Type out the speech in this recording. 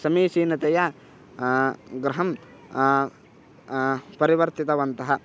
समीचीनतया गृहं परिवर्तितवन्तः